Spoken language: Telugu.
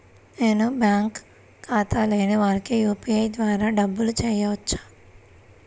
నేను బ్యాంక్ ఖాతా లేని వారికి యూ.పీ.ఐ ద్వారా డబ్బులు వేయచ్చా?